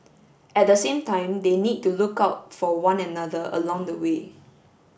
at the same time they need to look out for one another along the way